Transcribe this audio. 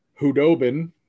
Hudobin